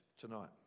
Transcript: tonight